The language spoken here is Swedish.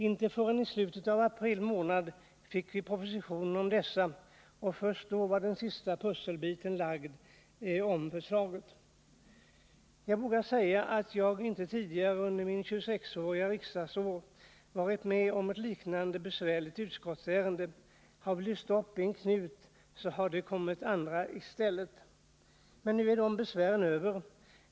Inte förrän i slutet av april månad i år fick vi den slutliga propositionen, och först då var den sista pusselbiten lagd när det gäller lagförslaget. Jag vågar säga att jag inte tidigare under mina 26 riksdagsår varit med om ett lika besvärligt utskottsärende. Har vi löst upp en knut, så har det kommit andra i stället. Men nu är besvären över.